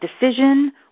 decision